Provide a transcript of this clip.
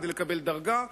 כדי לקבל דרגה,